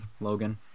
Logan